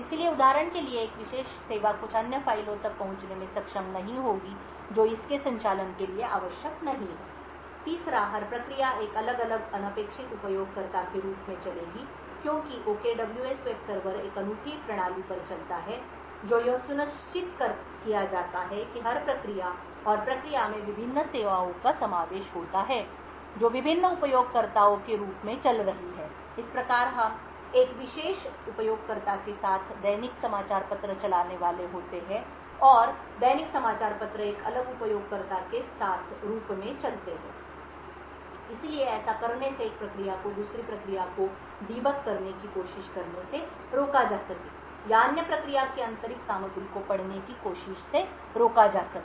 इसलिए उदाहरण के लिए एक विशेष सेवा कुछ अन्य फ़ाइल तक पहुंचने में सक्षम नहीं होगी जो इसके संचालन के लिए आवश्यक नहीं है तीसरा हर प्रक्रिया एक अलग अनपेक्षित उपयोगकर्ता के रूप में चलेगी क्योंकि OKWS वेब सर्वर एक अनूठी प्रणाली पर चलता है जो यह सुनिश्चित किया जाता है कि हर प्रक्रिया और प्रक्रिया में विभिन्न सेवाओं का समावेश होता है जो विभिन्न उपयोगकर्ताओं के रूप में चल रही होती हैं इस प्रकार हम एक विशेष उपयोगकर्ता के साथ साथ दैनिक समाचार पत्र चलाने वाले होते हैं और दैनिक समाचार पत्र एक अलग उपयोगकर्ता के रूप में चलते हैं इसलिए ऐसा करने से एक प्रक्रिया को दूसरी प्रक्रिया को डीबग करने की कोशिश करने से रोका जा सके या अन्य प्रक्रिया की आंतरिक सामग्री को पढ़ने की कोशिश से रोका जा सके